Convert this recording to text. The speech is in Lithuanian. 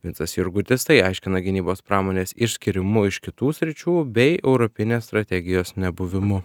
vincas jurgutis tai aiškina gynybos pramonės išskyrimu iš kitų sričių bei europinės strategijos nebuvimu